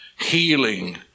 healing